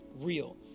real